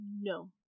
no